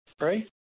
right